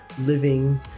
living